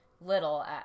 little